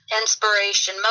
inspiration